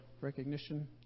recognition